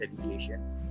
education